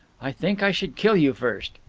i think i should kill you first!